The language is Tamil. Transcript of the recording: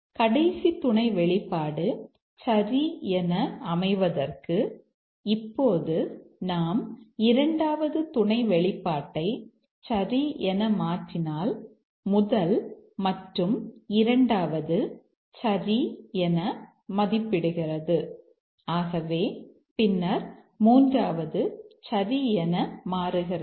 கடைசி துணை வெளிப்பாடு சரி என அமைவதற்கு இப்போது நாம் இரண்டாவது துணை வெளிப்பாட்டை சரி என மாற்றினால் முதல் மற்றும் இரண்டாவது சரி என மதிப்பிடுகிறது ஆகவே பின்னர் மூன்றாவது சரி என மாறுகிறது